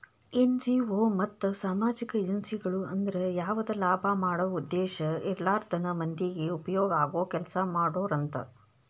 NGO ಮತ್ತ ಸಾಮಾಜಿಕ ಏಜೆನ್ಸಿಗಳು ಅಂದ್ರ ಯಾವದ ಲಾಭ ಮಾಡೋ ಉದ್ದೇಶ ಇರ್ಲಾರ್ದನ ಮಂದಿಗೆ ಉಪಯೋಗ ಆಗೋ ಕೆಲಸಾ ಮಾಡೋರು ಅಂತ